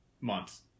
months